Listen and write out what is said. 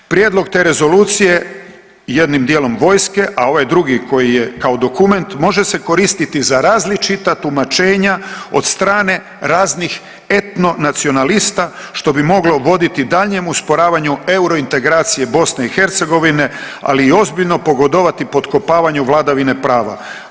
Prijedlog te Rezolucije jednim dijelom vojske, a ovaj drugi koji je kao dokument može se koristiti za različita tumačenja od strane raznih etnonacionalista što bi moglo voditi daljnjem usporavanju eurointegracije Bosne i Hercegovine, ali i ozbiljno pogodovati potkopavanju vladavine prava.